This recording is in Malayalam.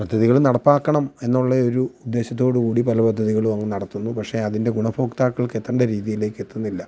പദ്ധതികളും നടപ്പാക്കണം എന്നുള്ളയൊരു ഉദ്ദേശത്തോടുകൂടി പല പദ്ധതികളും അങ്ങ് നടത്തുന്നു പക്ഷെ അതിൻ്റെ ഗുണഭോക്താക്കൾക്കെത്തേണ്ട രീതിയിലേക്കെത്തുന്നില്ല